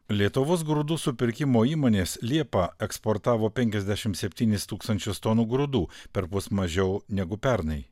lietuvos grūdų supirkimo įmonės liepą eksportavo penkiasdešimt septynis tūkstančius tonų grūdų perpus mažiau negu pernai